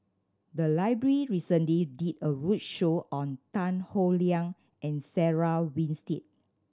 the library recently did a roadshow on Tan Howe Liang and Sarah Winstedt